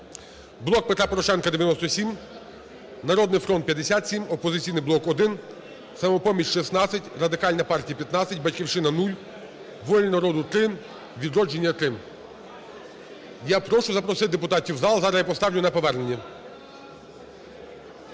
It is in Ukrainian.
"Блок Петра Порошенка" – 97, "Народний фронт" – 57, "Опозиційний блок" – 1, "Самопоміч" – 16, Радикальна партія – 15, "Батьківщина" – 0, "Воля народу" – 3, "Відродження" – 3. Я прошу запросити депутатів в зал, зараз я поставлю на повернення.